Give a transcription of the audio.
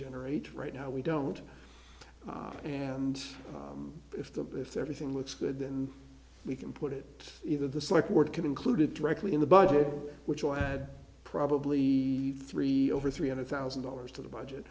generate right now we don't and if the if everything looks good then we can put it either the psych ward concluded directly in the budget which will add probably three over three hundred thousand dollars to the budget